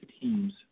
team's